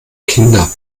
kinder